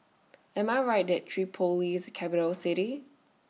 Am I Right that Tripoli IS A Capital City